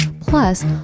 plus